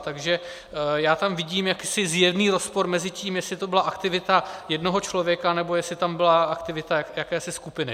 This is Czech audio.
Takže já tam vidím jakýsi zjevný rozpor mezi tím, jestli to byla aktivita jednoho člověka, nebo jestli tam byla aktivita jakési skupiny.